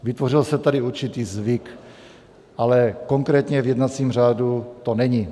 Vytvořil se tady určitý zvyk, ale konkrétně v jednacím řádu to není.